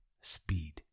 speed